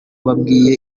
babwiye